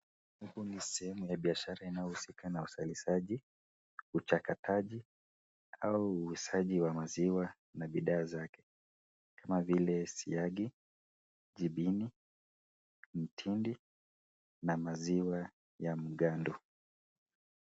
Huku ni sehemu ya biashara inayohusika na uzalishaji ,uchakataji au uuzaji wa maziwa na bidhaa zake, kama vile siagi, jibini, mtindi na maziwa ya mgando.